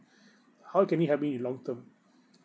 how can it help me in long term